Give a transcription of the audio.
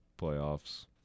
playoffs